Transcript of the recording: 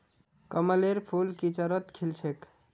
कमलेर फूल किचड़त खिल छेक